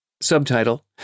subtitle